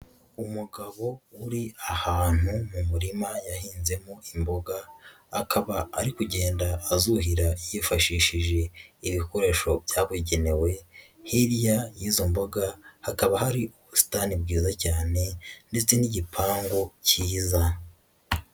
Umugabo uri ahantu mu murima yahinzemo imboga akaba ari kugenda azuhira yifashishije ibikoresho byabugenewe, hiya y'izo mboga hakaba hari ubusitani bwiza cyane ndetse n'igipangu cyiza.